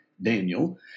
Daniel